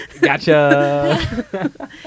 gotcha